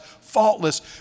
faultless